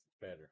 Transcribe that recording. better